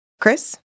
Chris